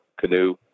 canoe